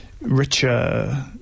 richer